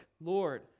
Lord